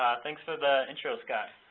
thanks for the intro, sky.